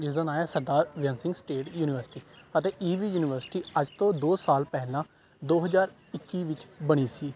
ਜਿਸ ਦਾ ਨਾਂ ਹੈ ਸਰਦਾਰ ਬੇਅੰਤ ਸਿੰਘ ਸਟੇਟ ਯੂਨੀਵਰਸਿਟੀ ਅਤੇ ਇਹ ਵੀ ਯੂਨੀਵਰਸਿਟੀ ਅੱਜ ਤੋਂ ਦੋ ਸਾਲ ਪਹਿਲਾਂ ਦੋ ਹਜ਼ਾਰ ਇੱਕੀ ਵਿੱਚ ਬਣੀ ਸੀ